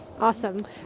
Awesome